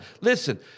Listen